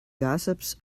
gossips